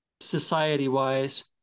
society-wise